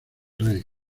rey